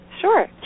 Sure